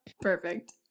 Perfect